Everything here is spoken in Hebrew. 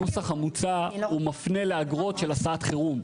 הנוסח המוצע הוא מפנה לאגרות של הסעת חירום.